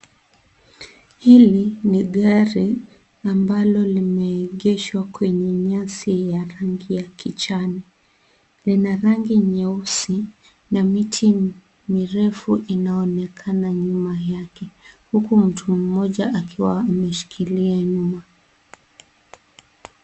Hili ni gari ambalo limeegeshwa kwenye nyasi ya rangi ya kijani. Lina rangi nyeusi na miti mirefu inaonekana nyuma yake, huku mtu moja akiwa ameshikilia nyuma.